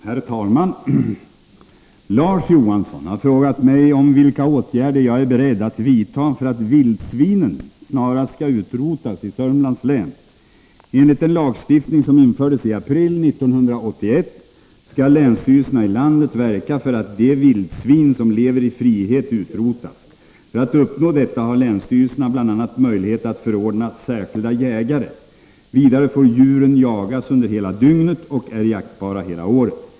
Herr talman! Larz Johansson har frågat mig om vilka åtgärder jag är beredd att vidta för att vildsvinen snarast skall utrotas i Södermanlands län. Enligt den lagstiftning som infördes i april 1981 skall länsstyrelserna i landet verka för att de vildsvin som lever i frihet utrotas. För att uppnå detta har länsstyrelserna bl.a. möjlighet att förordna särskilda jägare. Vidare får djuren jagas under hela dygnet och är jaktbara hela året.